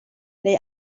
neu